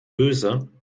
öse